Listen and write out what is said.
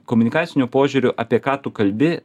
komunikaciniu požiūriu apie ką tu kalbi